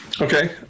Okay